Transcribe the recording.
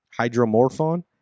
Hydromorphone